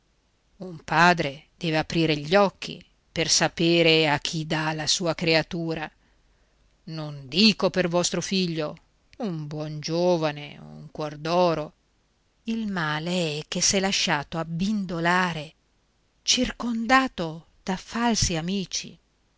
un padre deve aprire gli occhi per sapere a chi dà la sua creatura non dico per vostro figlio un buon giovane un cuor d'oro il male è che s'è lasciato abbindolare circondato da falsi amici